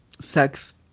sex